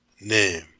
name